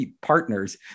partners